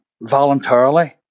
voluntarily